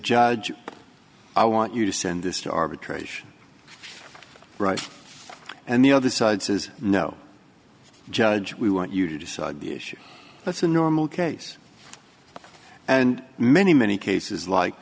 judge i want you to send this to arbitration right and the other side says no judge we want you to decide the issue that's a normal case and many many cases like